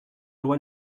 loi